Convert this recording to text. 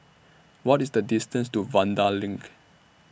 What IS The distance to Vanda LINK